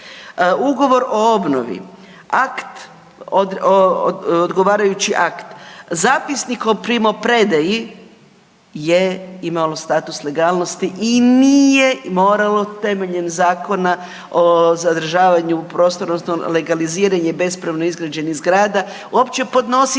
ugovor o obnovi, akt, odgovarajući akt, zapisnik o primopredaji je imalo status legalnosti i nije moralo temeljem Zakona o zadržavanju prostornog odnosno legaliziranje bespravno izgrađenih zgrada uopće podnositi